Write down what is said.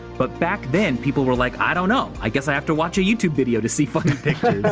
but back then people were like, i don't know! i guess i have to watch a youtube video to see funny pictures!